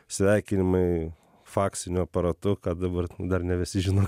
sveikinimai faksiniu aparatu ką dabar dar ne visi žino